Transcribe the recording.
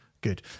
Good